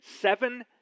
seven